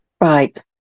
Right